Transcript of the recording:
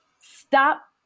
Stop